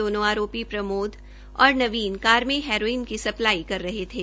दोनों आरोपी प्रमोद और नवीन काम में हेरोइन की सल्पाई कर रहे थे